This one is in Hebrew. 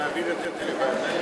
קריאה טלפונית ממספר גלוי),